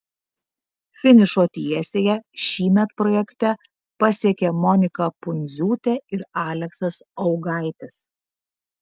finišo tiesiąją šįmet projekte pasiekė monika pundziūtė ir aleksas augaitis